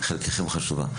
החלק שלכם חשוב.